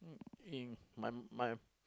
in my my